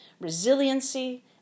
resiliency